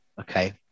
Okay